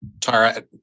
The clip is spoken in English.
Tara